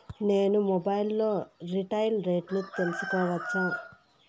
నేను మొబైల్ లో రీటైల్ రేట్లు తెలుసుకోవచ్చా?